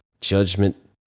Judgment